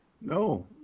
No